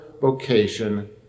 vocation